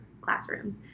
classrooms